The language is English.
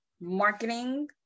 marketing